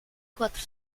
quattro